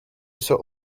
sort